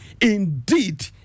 Indeed